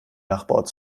nachbarort